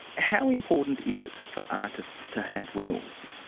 how important is it for artists to have wills?